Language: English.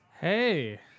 Hey